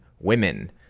women